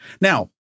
Now